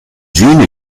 gene